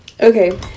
Okay